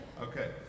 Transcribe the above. Okay